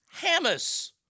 Hamas